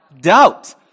Doubt